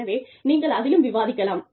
எனவே நீங்கள் அதிலும் விவாதிக்கலாம்